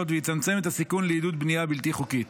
ויצמצם את הסיכון לעידוד בנייה בלתי חוקית.